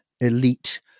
Elite